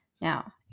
Now